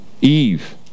Eve